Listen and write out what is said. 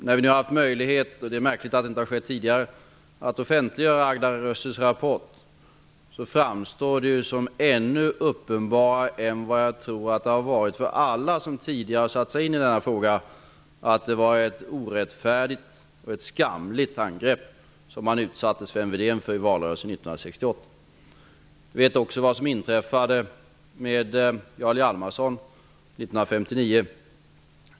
När vi nu har fått möjlighet -- det är märkligt att det inte har skett tidigare -- att offentliggöra Agda Rössels rapport, framstår det som ännu mera uppenbart än vad jag tror att det har varit för alla som tidigare har satt sig in i denna fråga att det var ett orättfärdigt och skamligt angrepp som man utsatte Sven Wedén för i valrörelsen 1968. Vi vet också vad som hände Jarl Hjalmarsson 1959.